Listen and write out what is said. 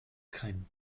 kein